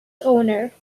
honour